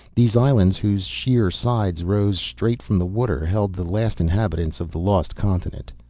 these islands, whose sheer, sides rose straight from the water, held the last inhabitants of the lost continent.